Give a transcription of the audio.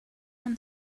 ran